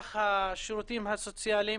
מערך השירותים הסוציאליים,